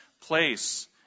place